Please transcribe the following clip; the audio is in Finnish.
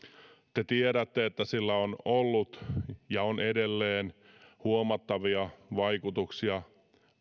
te tiedätte että sillä on ollut ja on edelleen huomattavia vaikutuksia